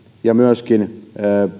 ja myöskin